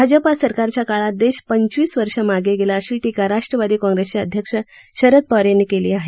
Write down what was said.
भाजपा सरकारच्या काळात देश पंचवीस वर्ष मागे गेला अशी टीका राष्ट्रवादी काँग्रेसचे अध्यक्ष शरद पवार यांनी केली आहे